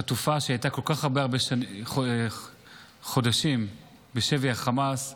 חטופה שהייתה חודשים בשבי החמאס,